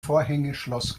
vorhängeschloss